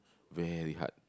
very hard